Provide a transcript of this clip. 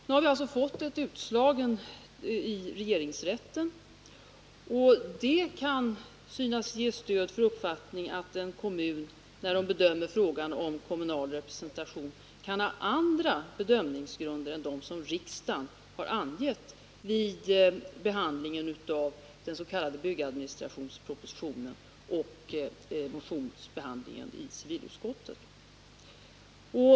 Nu har vi alltså fått ett utslag från regeringsrätten, och detta kan synas ge stöd för uppfattningen att en kommun vid sin bedömning av frågan om kommunal representation kan vägledas av andra grundläggande principer än dem som riksdagen har angivit vid behandlingen av den s.k. byggadministrationspropositionen och motionsbehandlingen i samband härmed i civilutskottet.